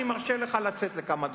אני מרשה לך לצאת לכמה דקות,